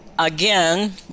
Again